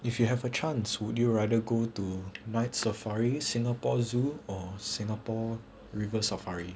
if you have a chance would you rather go to night safari singapore zoo or singapore river safari